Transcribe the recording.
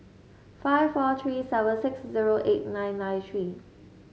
five four three seven six zero eight nine nine three